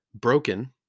broken